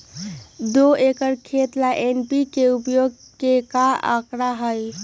दो एकर खेत ला एन.पी.के उपयोग के का आंकड़ा होई?